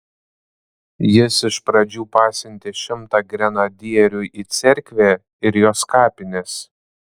jis iš pradžių pasiuntė šimtą grenadierių į cerkvę ir jos kapines